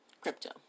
crypto